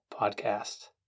podcast